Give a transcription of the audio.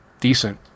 decent